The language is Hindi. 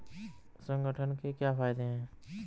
संगठन के क्या फायदें हैं?